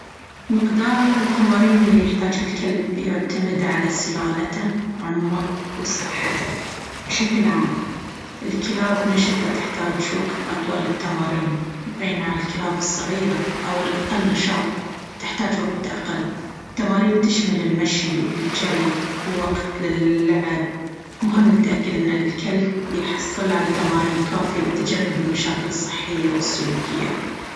مقدار التمارين اللي يحتاجها الكلب يعتمد على سلالته، عمره، وصحته. بشكل عام، الكلاب النشطة تحتاج وقت أطول للتمارين، بينما الكلاب الصغيرة أو الأقل نشاط تحتاج وقت أقل. التمارين تشمل المشي، الجري، ووقت اللعب. مهم تتأكد إن الكلب يحصل على التمارين الكافية لتجنب المشاكل الصحية والسلوكية.